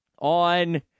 on